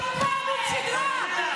טיפה עמוד שדרה.